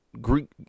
Greek